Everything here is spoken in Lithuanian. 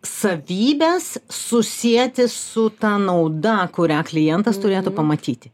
savybes susieti su ta nauda kurią klientas turėtų pamatyti